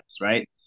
right